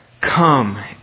Come